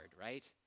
right